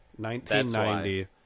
1990